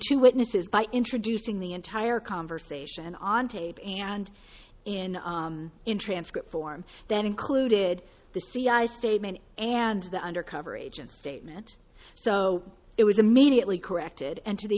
two witnesses by introducing the entire conversation on tape and in in transcript form that included the c i statement and the undercover agent statement so it was immediately corrected and to the